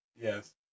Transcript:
yes